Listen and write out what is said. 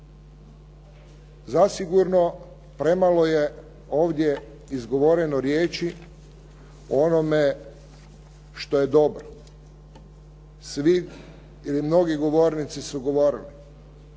Zasigurno premalo je ovdje izgovoreno riječi o onome što je dobro. Svi ili mnogi govornici su govorili